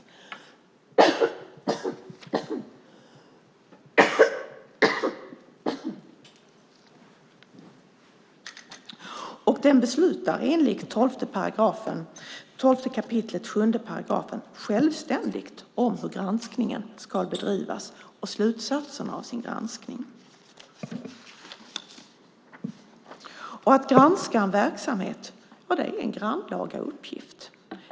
Riksrevisorerna beslutar enligt 12 kap. 7 § regeringsformen självständigt hur granskningen ska bedrivas och om slutsatserna av sin granskning. Att granska en verksamhet är en grannlaga uppgift.